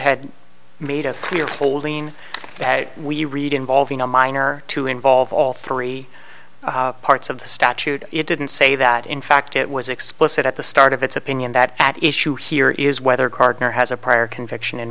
had made a clear holding we read involving a minor to involve all three parts of the statute it didn't say that in fact it was explicit at the start of its opinion that at issue here is whether gardner has a prior conviction in